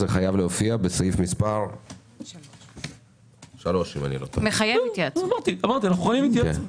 זה חייב להופיע בסעיף 3. אנחנו מוכנים להתייעץ.